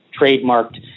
trademarked